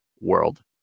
world